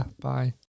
Bye